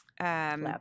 lab